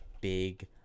big